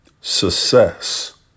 success